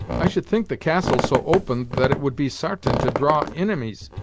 i should think the castle so open, that it would be sartain to draw inimies,